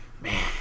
Man